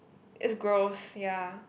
is gross ya